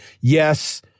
yes